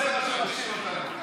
זה מה שיושיב אותנו כאן.